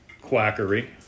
quackery